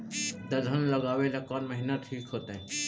दलहन लगाबेला कौन महिना ठिक होतइ?